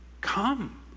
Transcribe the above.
Come